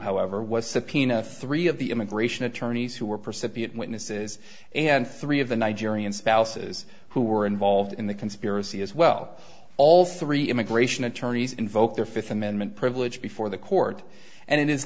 subpoena three of the immigration attorneys who were percipient witnesses and three of the nigerian spouses who were involved in the conspiracy as well all three immigration attorneys invoke their fifth amendment privilege before the court and it is